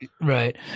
Right